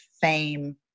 fame